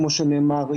כמו שנאמר,